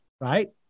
right